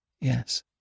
Yes